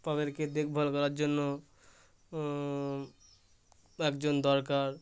তাদেরকে দেখভাল করার জন্য একজন দরকার